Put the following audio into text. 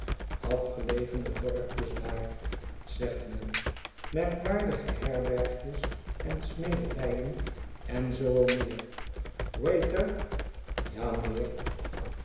afgelegene dorpjes daar zegt men merkwaardige herbergjes en smederijen en zoo al meer waiter ja mijnheer